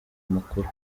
makuru